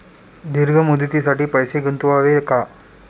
दीर्घ मुदतीसाठी पैसे गुंतवावे का?